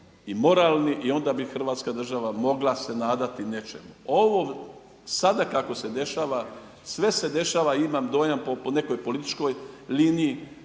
i moralni i onda bi Hrvatska država mogla se nadati nečemu. Ovo sada kako se dešava, sve se dešava imam dojam po nekoj političkoj liniji